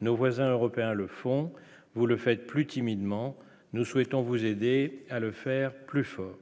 nos voisins européens le font, vous le faites plus timidement, nous souhaitons vous aider à le faire plus fort.